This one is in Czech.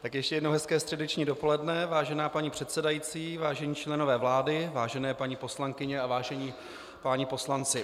Ještě jednou hezké středeční dopoledne, vážená paní předsedající, vážení členové vlády, vážené paní poslankyně a vážení páni poslanci.